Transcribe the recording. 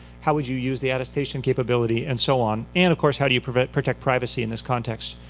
how would you use the attestation capability, and so on? and of course, how do you protect protect privacy in this context?